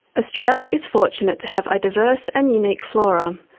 australia is fortunate to have a diverse and unique flora,